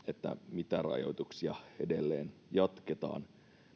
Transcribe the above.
mitä rajoituksia edelleen jatketaan